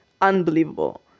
unbelievable